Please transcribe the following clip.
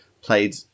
played